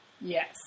Yes